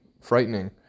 frightening